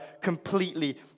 completely